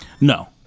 No